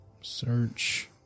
Search